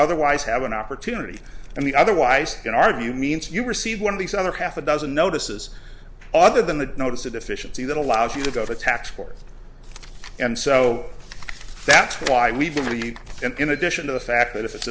otherwise have an opportunity and the otherwise can argue means you received one of these other half a dozen notices other than the notice a deficiency that allows you to go to tax court and so that's why we believe in addition to the fact that if it's